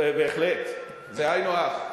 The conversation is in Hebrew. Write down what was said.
בהחלט, זה היינו הך,